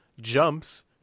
jumps